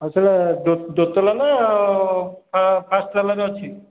ଆଉ ସେଇଟା ଦୋ ତାଲା ନା ଫାଷ୍ଟ ତାଲାରେ ଅଛି